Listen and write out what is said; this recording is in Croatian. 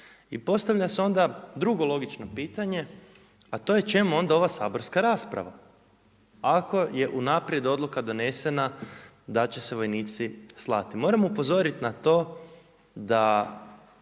I postavlja se onda drugo logično pitanje, a to je čemu onda ova saborska rasprava ako je unaprijed odluka donesena da će se vojnici slati? Moramo upozoriti na to da